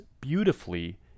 beautifully